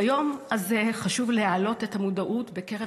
ביום הזה חשוב להעלות את המודעות בקרב